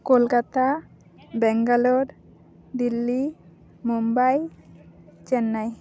Kolkata Bangalore Delhi Mumbai Chennai